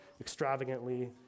extravagantly